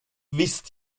wisst